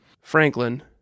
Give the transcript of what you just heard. Franklin